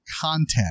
content